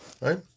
Right